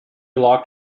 locked